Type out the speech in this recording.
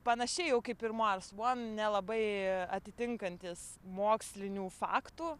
panašiai jau kaip ir mars one nelabai atitinkantys mokslinių faktų